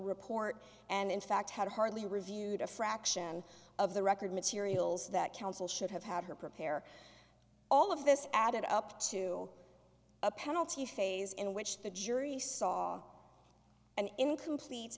report and in fact had hardly reviewed a fraction of the record materials that counsel should have had her prepare all of this added up to a penalty phase in which the jury saw an incomplete